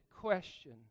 question